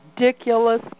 ridiculous